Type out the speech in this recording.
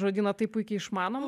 žodyną taip puikiai išmanom